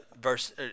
Verse